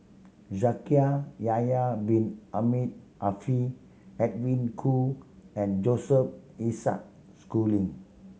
Shaikh Yahya Bin Ahmed Afifi Edwin Koo and Joseph Isaac Schooling